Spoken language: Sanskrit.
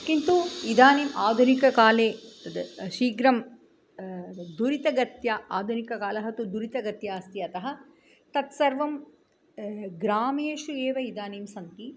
किन्तु इदानीम् आधुनिककाले तद् शीघ्रं दुरितगत्या आधुनिककालः तु दुरितगत्या अस्ति अतः तत् सर्वं ग्रामेषु एव इदानीं सन्ति